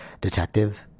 detective